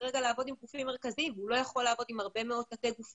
לעבוד עם גופים מרכזיים והוא לא יכול לעבוד עם הרבה אמוד תתי-גופים.